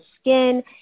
skin